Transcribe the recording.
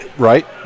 right